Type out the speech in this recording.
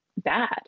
bad